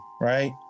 right